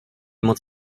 moc